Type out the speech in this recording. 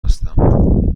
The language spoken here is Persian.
هستم